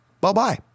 bye-bye